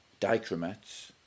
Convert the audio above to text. dichromats